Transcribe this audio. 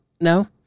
no